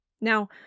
Now